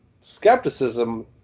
skepticism